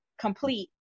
complete